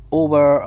over